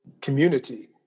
community